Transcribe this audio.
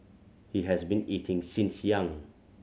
he has been eating since young